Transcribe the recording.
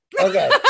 Okay